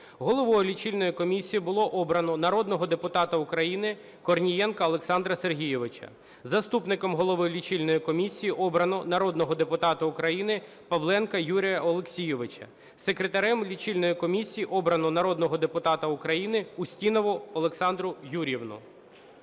Головою Лічильної комісії було обрано народного депутата України Корнієнка Олександра Сергійовича. Заступником голови Лічильної комісії обрано народного депутата України Павленка Юрія Олексійовича. Секретарем Лічильної комісії обрано народного депутата України Устінову Олександру Юріївну.